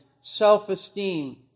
self-esteem